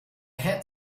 had